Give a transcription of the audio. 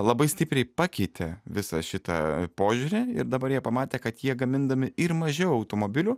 labai stipriai pakeitė visą šitą požiūrį ir dabar jie pamatė kad jie gamindami ir mažiau automobilių